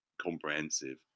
comprehensive